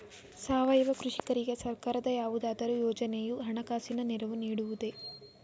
ಸಾವಯವ ಕೃಷಿಕರಿಗೆ ಸರ್ಕಾರದ ಯಾವುದಾದರು ಯೋಜನೆಯು ಹಣಕಾಸಿನ ನೆರವು ನೀಡುವುದೇ?